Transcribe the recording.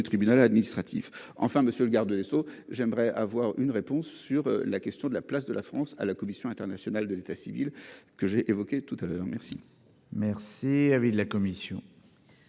tribunal administratif enfin monsieur le garde des Sceaux, j'aimerais avoir une réponse sur la question de la place de la France à la commission internationale de l'état civil, que j'ai évoqué tout à l'heure, merci. Merci avait de la commission.